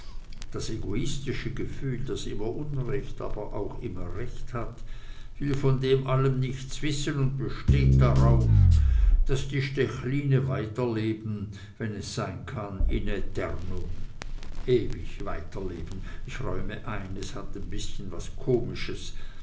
das egoistische gefühl das immer unrecht aber auch immer recht hat will von dem allem nichts wissen und besteht darauf daß die stechline weiterleben wenn es sein kann in aeternum ewig weiterleben ich räume ein es hat ein bißchen was komisches